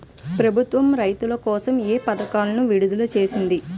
ప్రభుత్వం రైతుల కోసం ఏ పథకాలను విడుదల చేసింది?